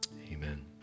Amen